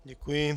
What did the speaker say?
Děkuji.